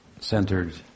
centered